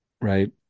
Right